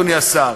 אדוני השר,